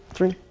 three.